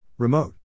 Remote